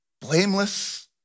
blameless